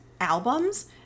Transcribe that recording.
albums